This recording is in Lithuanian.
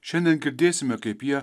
šiandien girdėsime kaip jie